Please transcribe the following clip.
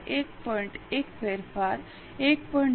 1 ફેરફાર 1